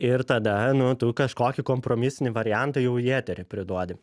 ir tada nu tu kažkokį kompromisinį variantą jau į eterį priduodi